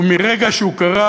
ומרגע שהוא קרה,